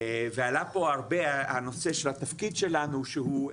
ועלה פה הרבה הנושא של התפקיד שלנו שהוא,